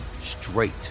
straight